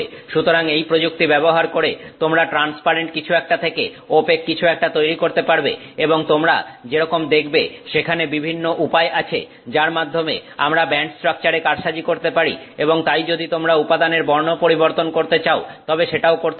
সুতরাং এই প্রযুক্তি ব্যবহার করে তোমরা ট্রান্সপারেন্ট কিছু একটা থেকে ওপেক কিছু একটা তৈরি করতে পারবে এবং তোমরা যেরকম দেখবে সেখানে বিভিন্ন উপায় আছে যার মাধ্যমে আমরা ব্যান্ড স্ট্রাকচারে কারসাজি করতে পারি এবং তাই যদি তোমরা উপাদানের বর্ন পরিবর্তন করতে চাও তবে সেটাও করতে পারো